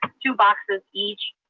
two boxes each,